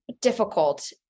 difficult